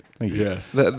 Yes